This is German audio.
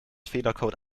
fehlercode